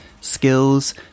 skills